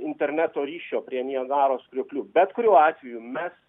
interneto ryšio prie niagaros krioklių bet kuriuo atveju mes